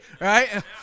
right